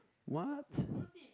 what